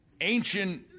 ancient